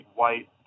white